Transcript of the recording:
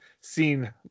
seen